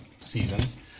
season